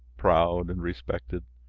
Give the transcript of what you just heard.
proud, and respected?